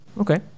Okay